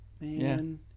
man